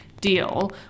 deal